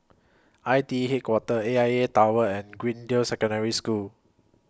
I T E Headquarters A I A Tower and Greendale Secondary School